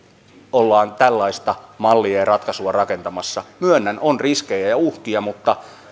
ollaan tällaista mallia ja ratkaisua rakentamassa myönnän on riskejä ja ja uhkia mutta